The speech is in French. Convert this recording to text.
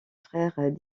frères